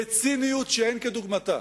בציניות שאין כדוגמתה